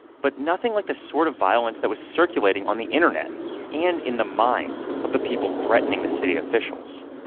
but nothing like the sort of violence that was circulating on the internet and in the minds of the people threatening the city officials